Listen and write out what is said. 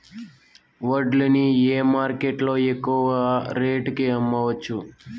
వడ్లు ని ఏ మార్కెట్ లో ఎక్కువగా రేటు కి అమ్మవచ్చు?